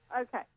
Okay